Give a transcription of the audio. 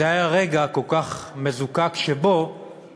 זה היה רגע כל כך מזוקק, שבו